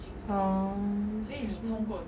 oh